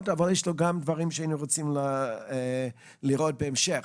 אבל גם דברים שהיינו רוצים לראות בהמשך.